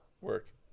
work